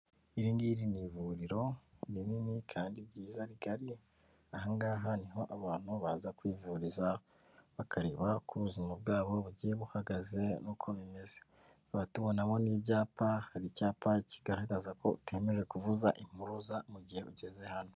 Iri ngiri ni ivuriro rinini kandi ryiza rigari aha ngaha niho abantu baza kwivuriza bakareba uko ubuzima bwabo bugiye buhagaze n'uko bimeze, tukaba tubonamo n'ibyapa hari icyapa kigaragaza ko utemerewe kuvuza impuruza mu gihe ugeze hano.